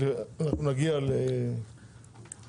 אנחנו נגיע למשפחה,